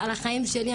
על החיים שלי,